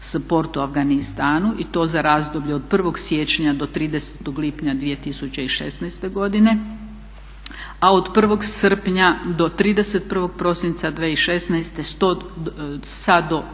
i to za razdoblje od 1. siječnja do 30. lipnja 2016. godine. A od 1. srpnja do 31. prosinca 2016. sad